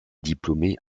diplômée